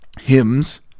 hymns